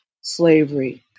slavery